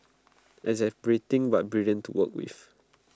exasperating but brilliant to work with